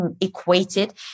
equated